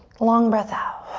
long breath out.